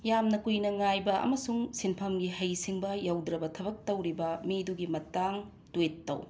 ꯌꯥꯝꯅ ꯀꯨꯏꯅ ꯉꯥꯏꯕ ꯑꯃꯁꯨꯡ ꯁꯤꯟꯐꯝꯒꯤ ꯍꯩꯁꯤꯡꯕ ꯌꯧꯗ꯭ꯔꯕ ꯊꯕꯛ ꯇꯧꯔꯤꯕ ꯃꯤꯗꯨꯒꯤ ꯃꯇꯥꯡ ꯇ꯭ꯋꯤꯠ ꯇꯧ